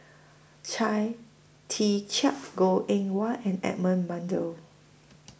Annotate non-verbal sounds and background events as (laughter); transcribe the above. Chia Tee (noise) Chiak Goh Eng Wah and Edmund (unintelligible)